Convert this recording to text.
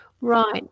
Right